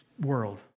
world